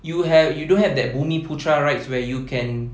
you have you don't have that bumiputera rights where you can